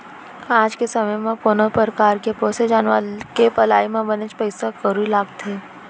आज के समे म कोनो परकार के पोसे जानवर के पलई म बनेच पइसा कउड़ी लागथे